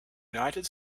united